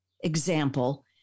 example